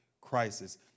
crisis